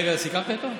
רגע, סיכמת איתו?